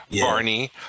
Barney